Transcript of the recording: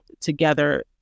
together